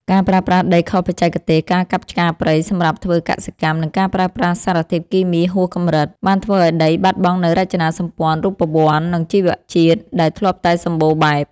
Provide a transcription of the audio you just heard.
ការប្រើប្រាស់ដីខុសបច្ចេកទេស ការកាប់ឆ្ការព្រៃសម្រាប់ធ្វើកសិកម្ម និងការប្រើប្រាស់សារធាតុគីមីហួសកម្រិត បានធ្វើឱ្យដីបាត់បង់នូវរចនាសម្ព័ន្ធរូបវន្ត និងជីវជាតិដែលធ្លាប់តែសម្បូរបែប។